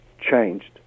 changed